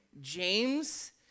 James